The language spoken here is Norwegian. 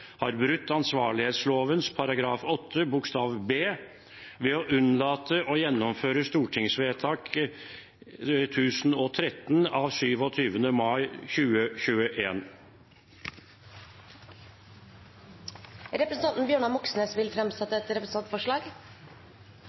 har brutt ansvarlighetsloven § 8 bokstav b, ved å unnlate å gjennomføre stortingsvedtak 1013, av 27. mai 2021. Representanten Bjørnar Moxnes vil framsette et representantforslag.